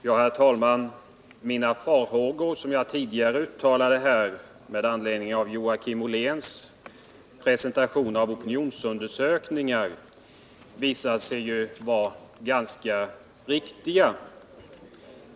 Herr talman! Mina farhågor, som jag tidigare uttalade här med anledning av Joakim Olléns presentation av opinionsundersökningar, visar sig ju vara ganska riktiga.